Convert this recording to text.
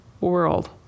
world